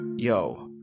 Yo